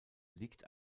liegt